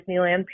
Disneyland